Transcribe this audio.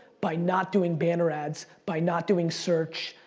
by not doing banner ads, by not doing search,